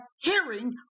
hearing